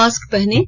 mask पहनें